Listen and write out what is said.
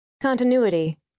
Continuity